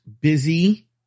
busy